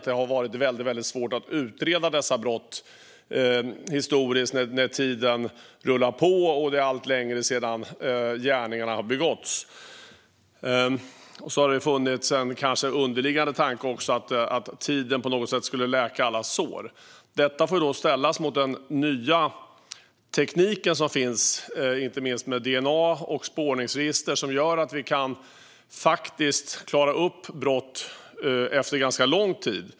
Det har varit väldigt svårt att utreda dessa brott historiskt när tiden rullar på och det är allt längre sedan gärningarna har begåtts. Det har kanske också funnits en underliggande tanke att tiden på något sätt skulle läka alla sår. Detta får ställas mot den nya tekniken som finns inte minst med DNA och spårningsregister som gör att vi kan klara upp brott efter ganska lång tid.